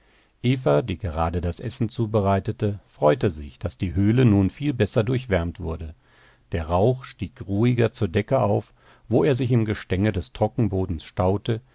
eva die gerade das essen zubereitete freute sich daß die höhle nun viel besser durchwärmt wurde der rauch stieg ruhiger zur decke auf wo er sich im gestänge des trockenbodens staute